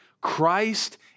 Christ